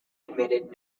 admitted